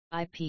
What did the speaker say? IP